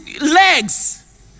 legs